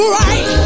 right